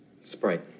Sprite